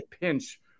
pinch –